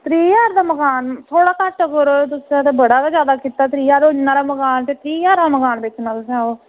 त्रीह् ज्हार दा मकान थोह्ड़ा कट्ठ करो बड़ा गै जादा कित्ता इ'न्ना हारा मकान ते त्रीह् ज्हार दा मकान बेचना तुसें ओह्